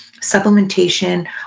supplementation